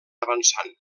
avançant